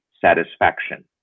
satisfaction